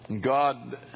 God